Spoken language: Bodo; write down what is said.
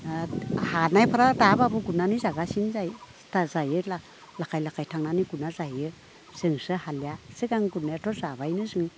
हानायफोरा दाबाबो गुरनानै जागासिनो जाय दा जायो लाखै लाखै थांनानै गुरना जायो जोंसो हालिया सिगां गुरनायाथ' जाबायनो जोङो